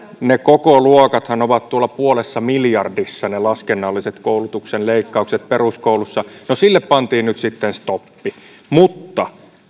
ne kokoluokathan ovat puolessa miljardissa ne laskennalliset koulutuksen leikkaukset peruskoulussa no sille pantiin nyt sitten stoppi mutta